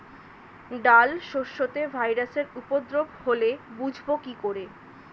ডাল শস্যতে ভাইরাসের উপদ্রব হলে বুঝবো কি করে?